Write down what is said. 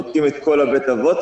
בודקים את כל בית האבות,